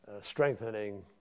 strengthening